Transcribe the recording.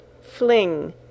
fling